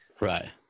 Right